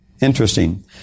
interesting